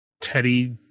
Teddy